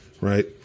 right